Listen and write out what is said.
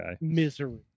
Misery